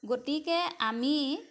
গতিকে আমি